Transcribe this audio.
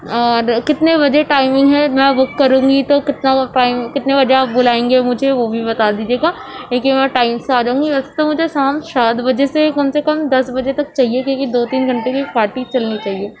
اور کتنے بجے ٹائمنگ ہے میں بک کروں گی تو کتنا وقت ٹائم کتنے بجے آپ بلائیں گے مجھے وہ بھی بتا دیجیے گا کیونکہ میں ٹائم سے آ جاؤں گی ویسے تو مجھے شام سات بجے سے کم سے کم دس بجے تک چاہیے کیونکہ دو تین گھنٹے کی پارٹی چلنی چاہیے